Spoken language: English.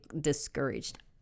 discouraged